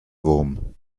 wurm